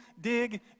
dig